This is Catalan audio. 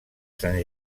sant